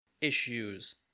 Issues